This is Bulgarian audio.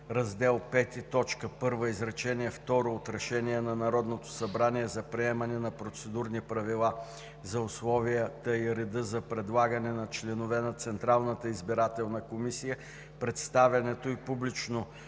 Раздел V, т. 1, изречение второ от Решение на Народното събрание за приемане на Процедурни правила по условията и реда за предлагане на членове на Централната избирателна комисия, представянето и публичното